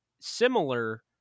similar